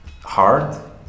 hard